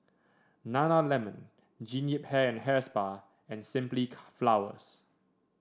Nana Lemon Jean Yip Hair and Hair Spa and Simply Flowers